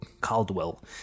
caldwell